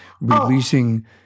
releasing